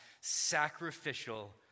sacrificial